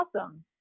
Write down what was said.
awesome